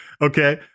Okay